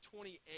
28